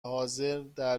حاضردر